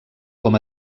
com